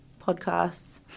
podcasts